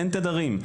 אין תדרים.